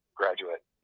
graduate